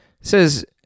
says